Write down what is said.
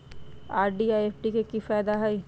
RD आ FD के कि फायदा हई?